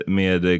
med